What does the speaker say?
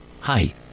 Hi